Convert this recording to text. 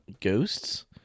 Ghosts